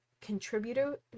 contributor